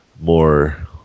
more